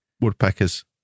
woodpeckers